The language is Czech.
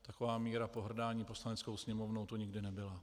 Taková míra pohrdání Poslaneckou sněmovnou tu nikdy nebyla.